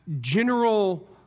general